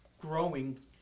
growing